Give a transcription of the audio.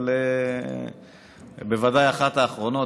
אבל בוודאי אחת האחרונות,